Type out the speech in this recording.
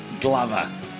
Glover